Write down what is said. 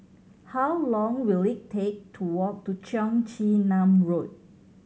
how long will it take to walk to Cheong Chin Nam Road